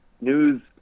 news